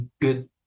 good